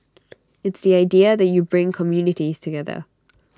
it's the idea that you bring communities together